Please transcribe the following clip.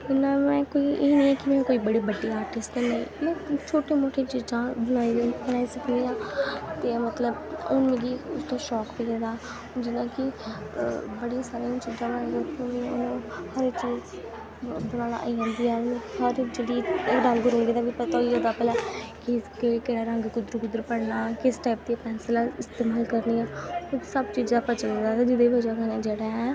इ'यां में कोई एह् निं है कि में कोई बड़ी बड्डी आर्टिस्ट आं नेईं में छोटी मोटी चीजां बनाई बनाई सकनी आं ते मतलब हून मिगी शौंक पेई गेदा जियां कि बड़ी सारी चीजां बनाइयां हर इक चीज बनाना आई जंदी ऐ मतलब हर जेह्ड़ी एह् रंग रुंग दा बी पता होई गेदा भला कि केह्ड़ा केह्ड़ा रंग कुद्धर कुद्धर भरना किस टाईप दी पैंसलां इस्तेमाल करनियां एह् सब्भ चीजें दा पता चली गेदा ऐ जेह्दी बजह् कन्नै जेह्ड़ा ऐ